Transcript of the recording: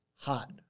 hot